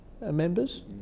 members